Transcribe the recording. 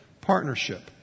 partnership